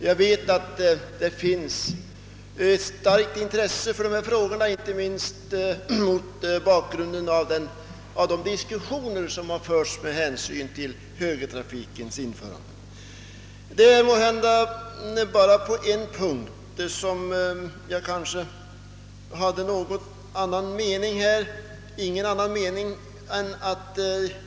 Jag vet att det finns ett starkt intresse för dessa frågor inte minst mot bakgrunden av de diskussioner som förts i anslutning till högerirafikens införande. Det är måhända endast på en punkt som jag tvivlar på funktionsdugligheten.